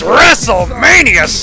WrestleMania